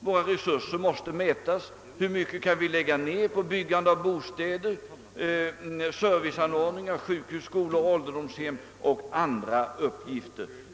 Våra resurser måste mätas och det gäller att pröva hur mycket som kan läggas ned på byggande av bostäder, serviceanordningar, sjukhus, skolor, ålderdomshem m.m.